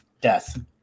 Death